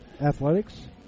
athletics